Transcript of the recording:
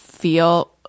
feel